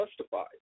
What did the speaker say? justified